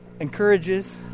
encourages